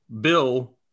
Bill